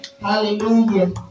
Hallelujah